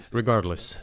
regardless